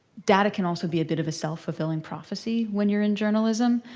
data can also be a bit of a self-fulfilling prophecy when you're in journalism.